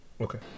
Okay